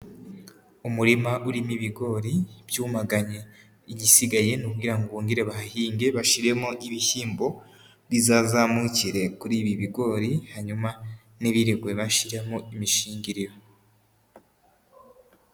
Umurima urimo ibigori byumaganye. Igisigaye ni ukugira ngo bongere bahahinge bashiremo ibishyimbo bizazamukire kuri ibi bigori, hanyuma ntibirirwe bashyiramo imishingiriro.